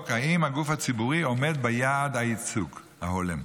אם הגוף הציבורי עומד ביעד הייצוג ההולם.